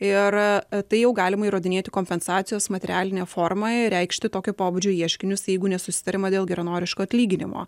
ir tai jau galima įrodinėti kompensacijos materialine forma ir reikšti tokio pobūdžio ieškinius jeigu nesusitariama dėl geranoriško atlyginimo